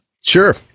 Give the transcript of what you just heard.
Sure